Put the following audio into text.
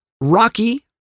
Rocky